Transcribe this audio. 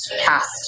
cast